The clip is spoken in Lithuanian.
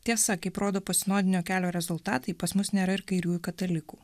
tiesa kaip rodo po sinodinio kelio rezultatai pas mus nėra ir kairiųjų katalikų